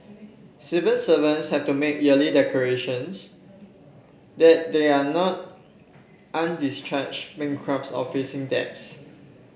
civil servants have to make yearly declarations that they are not undischarged bankrupts or facing debts